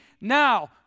Now